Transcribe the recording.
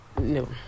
No